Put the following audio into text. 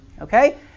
okay